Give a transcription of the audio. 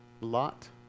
Lot